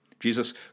Jesus